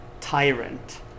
tyrant